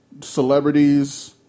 celebrities